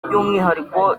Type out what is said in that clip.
by’umwihariko